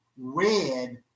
red